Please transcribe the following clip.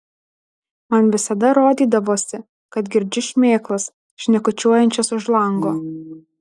man visada rodydavosi kad girdžiu šmėklas šnekučiuojančias už lango